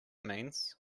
means